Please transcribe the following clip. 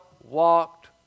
walked